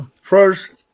first